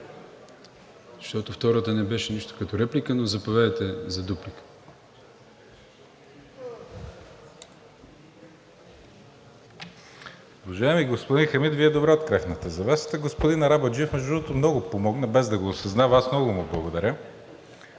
защото втората не беше нещо като реплика? Заповядайте за дуплика.